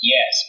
Yes